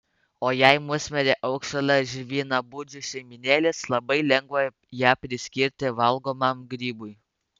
o jei musmirė augs šalia žvynabudžių šeimynėlės labai lengva ją priskirti valgomam grybui